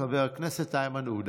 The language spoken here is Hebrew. חבר הכנסת יריב לוין,